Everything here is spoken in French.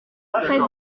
treize